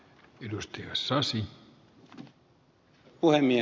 arvoisa puhemies